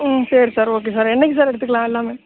ம் சரி sir okay sir என்றைக்கு சார் எடுத்துக்கலாம் எல்லாமே